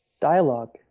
Dialogue